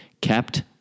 Kept